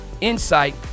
insight